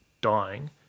dying